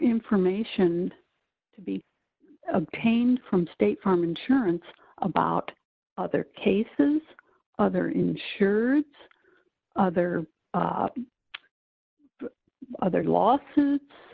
information to be obtained from state farm insurance about other cases other insureds other other lawsuits